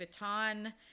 Vuitton